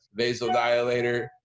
vasodilator